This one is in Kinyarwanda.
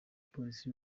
polisi